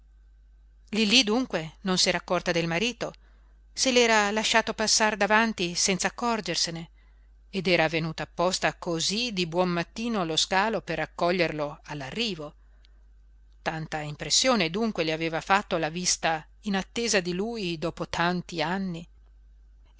lillí dunque non s'era accorta del marito se l'era lasciato passar davanti senz'accorgersene ed era venuta apposta cosí di buon mattino allo scalo per accoglierlo all'arrivo tanta impressione dunque le aveva fatto la vista inattesa di lui dopo tanti anni